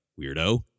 weirdo